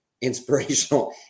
inspirational